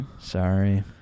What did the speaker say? Sorry